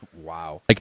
Wow